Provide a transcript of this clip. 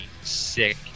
sick